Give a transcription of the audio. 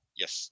yes